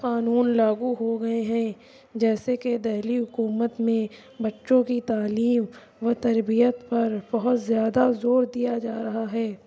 قانون لاگو ہو گئے ہیں جیسے کہ دہلی حکومت میں بچوں کی تعلیم و تربیت پر بہت زیادہ زور دیا جا رہا ہے